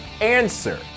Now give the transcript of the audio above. answer